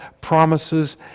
promises